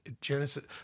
Genesis